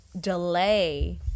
delay